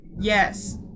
Yes